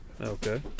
Okay